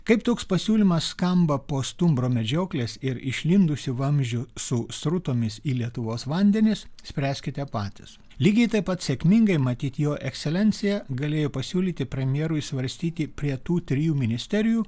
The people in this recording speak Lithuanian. kaip toks pasiūlymas skamba po stumbro medžioklės ir išlindusių vamzdžių su srutomis į lietuvos vandenis spręskite patys lygiai taip pat sėkmingai matyt jo ekscelencija galėjo pasiūlyti premjerui svarstyti prie tų trijų ministerijų